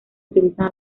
utilizan